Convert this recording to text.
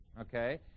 okay